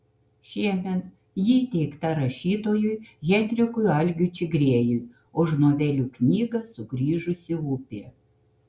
šiemet ji įteikta rašytojui henrikui algiui čigriejui už novelių knygą sugrįžusi upė